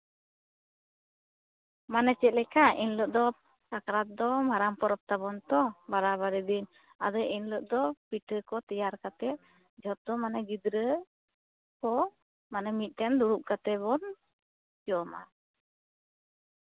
ᱢᱟᱱᱮ ᱪᱮᱫ ᱞᱮᱠᱟ ᱮᱱᱦᱤᱞᱳᱜ ᱫᱚ ᱥᱟᱠᱨᱟᱛ ᱫᱚ ᱢᱟᱨᱟᱝ ᱯᱚᱨᱚᱵᱽ ᱛᱟᱵᱚᱱ ᱛᱚ ᱵᱟᱨᱟᱵᱟᱨᱤ ᱫᱤᱱ ᱟᱫᱚ ᱮᱱᱦᱤᱞᱳᱜ ᱫᱚ ᱯᱤᱴᱷᱟᱹ ᱠᱚ ᱛᱮᱭᱟᱨ ᱠᱟᱛᱮᱫ ᱡᱚᱛᱚ ᱢᱟᱱᱮ ᱜᱤᱫᱽᱨᱟᱹ ᱠᱚ ᱢᱟᱱᱮ ᱢᱤᱫᱴᱷᱮᱱ ᱫᱩᱲᱩᱵᱽ ᱠᱟᱛᱮᱫ ᱵᱚᱱ ᱡᱚᱢᱟ